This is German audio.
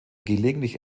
gelegentlich